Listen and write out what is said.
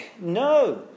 no